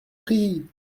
prie